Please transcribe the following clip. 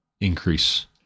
increase